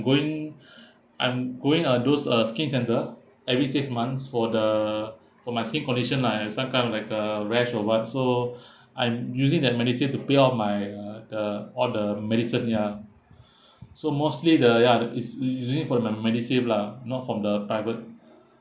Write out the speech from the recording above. when I'm going uh those uh skin centre every six months for the for my skin condition I had some kind of like a rash or what so I'm using that MediSave to pay off my uh the all the medicine ya so mostly the ya the is i~ i~ i~ for my MediSave lah not from the private